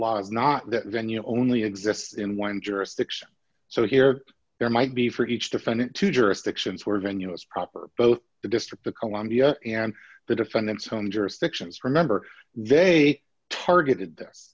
is not that venue only exists in one jurisdiction so here there might be for each defendant two jurisdictions where venue is proper both the district of columbia and the defendant's own jurisdictions remember they targeted this